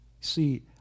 See